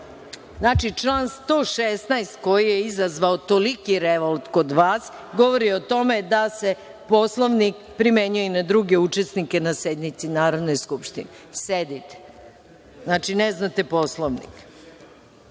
član 116. koji je izazvao toliki revolt kod vas govori o tome da se Poslovnik primenjuje na druge učesnike na sednici Narodne skupštine. Sedite. Znači, ne znate Poslovnik.